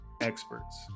experts